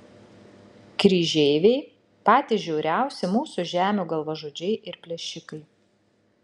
kryžeiviai patys žiauriausi mūsų žemių galvažudžiai ir plėšikai